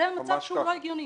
זה מצב שהוא לא הגיוני.